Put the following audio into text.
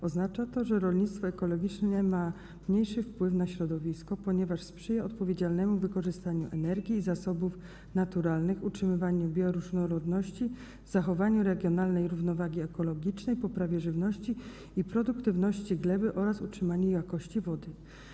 Oznacza to, że rolnictwo ekologiczne ma mniejszy wpływ na środowisko, ponieważ sprzyja odpowiedzialnemu wykorzystaniu energii i zasobów naturalnych, utrzymywaniu bioróżnorodności, zachowaniu regionalnej równowagi ekologicznej, poprawie żyzności i produktywności gleby oraz utrzymaniu jakości wody.